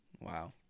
Wow